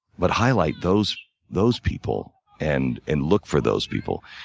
but highlight those those people and and look for those people,